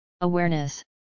Awareness